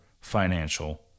financial